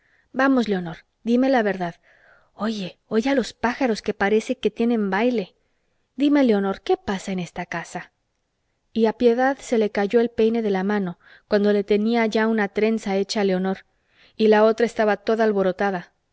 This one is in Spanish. vamos leonor dime la verdad oye oye a los pájaros que parece que tienen baile dime leonor qué pasa en esta casa y a piedad se le cayó el peine de la mano cuando le tenía ya una trenza hecha a leonor y la otra estaba toda alborotada